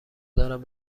دارم